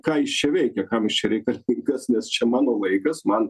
ką jis čia veikia kam jis čia reikalingas nes čia mano laikas man